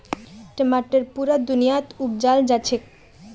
टमाटर पुरा दुनियात उपजाल जाछेक